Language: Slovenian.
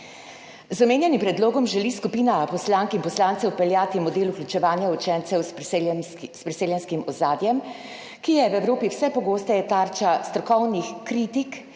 Z omenjenim predlogom želi skupina poslank in poslancev vpeljati model vključevanja učencev s priseljenskim ozadjem, ki je v Evropi vse pogosteje tarča strokovnih kritik